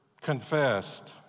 confessed